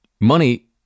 money